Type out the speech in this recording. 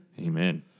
Amen